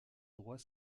droit